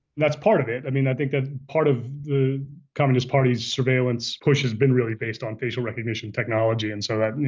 that's part of it. i mean, i think that part of the communist party's surveillance push has been really based on facial recognition technology and so that, you